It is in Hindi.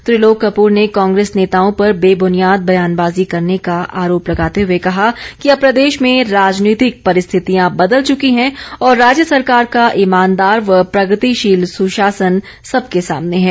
त्रिलोक कप्र ने कांग्रेस नेताओं पर बेबूनियाद बयानबाज़ी करने का आरोप लगाते हुए कहा कि अब प्रदेश में राजनीतिक परिस्थितियां बदल चकी हैं और राज्य सरकार का ईमानदार व प्रगतिशील सुशासन सबके सामने हैं